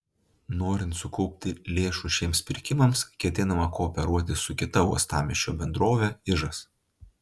norint sukaupti lėšų šiems pirkimams ketinama kooperuotis su kita uostamiesčio bendrove ižas